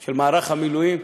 של מערך המילואים,